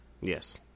Yes